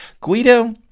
Guido